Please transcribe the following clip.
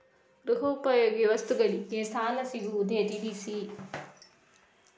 ಗೃಹ ಉಪಯೋಗಿ ವಸ್ತುಗಳಿಗೆ ಸಾಲ ಸಿಗುವುದೇ ತಿಳಿಸಿ?